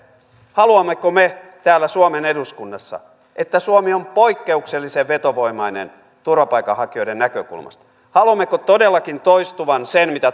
haluammeko me täällä suomen eduskunnassa että suomi on poikkeuksellisen vetovoimainen turvapaikanhakijoiden näkökulmasta haluammeko todellakin toistuvan sen